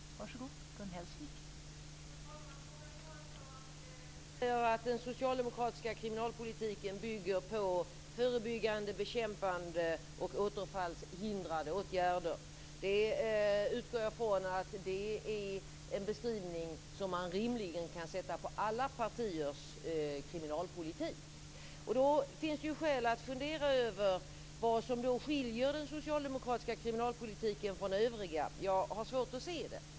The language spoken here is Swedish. Fru talman! Morgan Johansson säger att den socialdemokratiska kriminalpolitiken bygger på förebyggande, bekämpande och återfallshindrande åtgärder. Jag utgår från att det är en beskrivning som man rimligen kan sätta på alla partiers kriminalpolitik. Då finns det skäl att fundera över vad som skiljer den socialdemokratiska kriminalpolitiken från övriga partiers. Jag har svårt att se det.